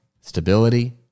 Stability